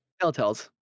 Telltale's